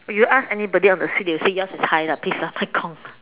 you ask anybody on the streets they will say yours is high lah please ah Mai-Gong